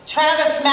Travis